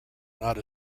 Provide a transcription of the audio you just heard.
not